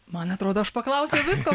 man atrodo aš paklausiau visko